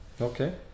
Okay